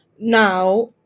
now